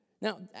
Now